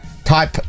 Type